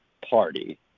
party